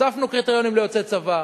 הוספנו קריטריונים ליוצאי צבא,